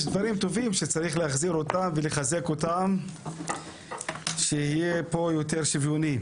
יש דברים טובים שצריך להחזירם ולחזקם על מנת שיהיה פה יותר שוויון.